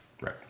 Right